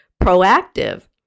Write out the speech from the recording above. proactive